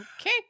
Okay